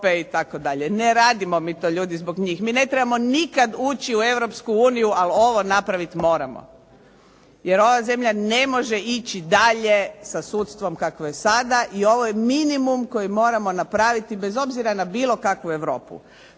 Ne radimo mi to ljudi zbog njih. Mi ne trebamo nikad ući u Europsku uniju, ali ovo napravit moramo, jer ova zemlja ne može ići dalje sa sudstvom kakvo je sada i ovo je minimum koji moramo napraviti bez obzira na bilo kakvu Europu.